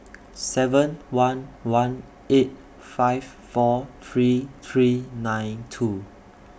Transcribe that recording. seven one one eight five four three three nine two